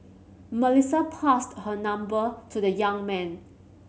Melissa passed her number to the young man